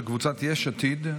של קבוצת יש עתיד,